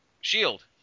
Shield